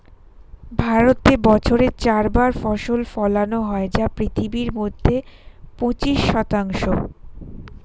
ভারতে বছরে চার বার ফসল ফলানো হয় যা পৃথিবীর মধ্যে পঁচিশ শতাংশ